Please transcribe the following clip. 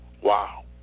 Wow